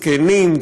זקנים,